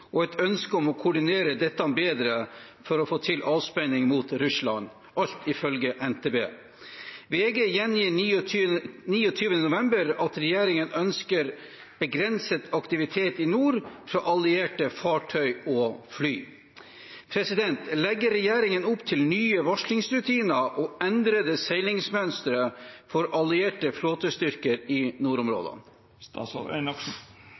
og «et ønske om å koordinere dette bedre for å få til avspenning mot Russland», ifølge NTB. VG gjengir 29. november at regjeringen ønsker begrenset aktivitet i nord fra allierte fartøy og fly. Legger regjeringen opp til nye varslingsrutiner og endrede seilingsmønstre for allierte flåtestyrker i